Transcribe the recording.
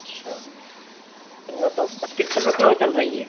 अच्छा नहीं वह तो कितने रुपये किलो चल रही है